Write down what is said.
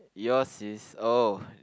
yours is oh